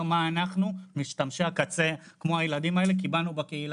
מה אנחנו משתמשי הקצה כמו הילדים האלה קיבלנו בקהילה?